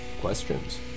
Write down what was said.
questions